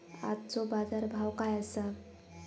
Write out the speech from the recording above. आजचो बाजार भाव काय आसा?